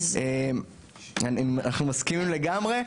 אנחנו מסכימים לגמרי.